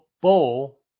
bowl